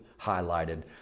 highlighted